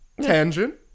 Tangent